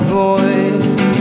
void